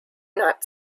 not